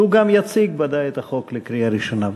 שוודאי יציג את החוק לקריאה ראשונה.